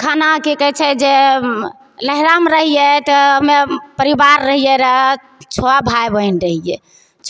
खाना कि कहय छै जे नहिरामे रहियै तऽ हम्मे परिवार रहिये रऽ छओ भाय बहिन रहियै